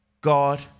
God